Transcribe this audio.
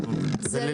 היושב-ראש.